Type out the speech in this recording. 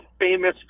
famous